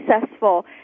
successful